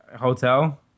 hotel